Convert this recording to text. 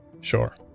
Sure